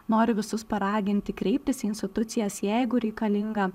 noriu visus paraginti kreiptis į institucijas jeigu reikalinga